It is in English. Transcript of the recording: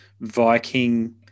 Viking